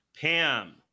Pam